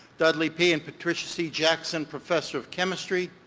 dudley p. and patricia c. jackson, professor of chemistry,